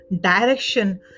direction